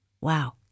Wow